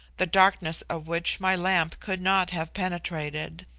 the darkness of which my lamp could not have penetrated.